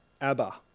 Abba